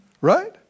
Right